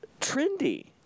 trendy